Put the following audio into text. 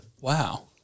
Wow